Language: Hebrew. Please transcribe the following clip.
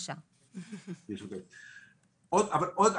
אבל עוד,